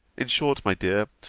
in short, my dear,